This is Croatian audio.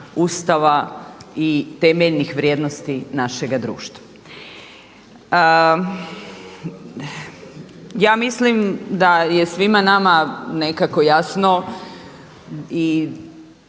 Ustava i temeljnih vrijednosti našega društva. Ja mislim da je svima nama nekako jasno i